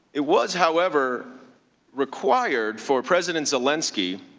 it was however required for president zelensky